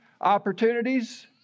opportunities